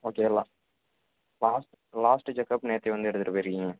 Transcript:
okay எல்லா last last checkup நேற்று வந்து எடுத்துகிட்டு போயிருக்கீங்க